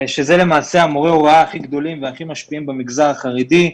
שזה למעשה מורי ההוראה הכי גדולים והכי משפיעים במגזר החרדי.